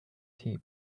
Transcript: tea